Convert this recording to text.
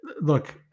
look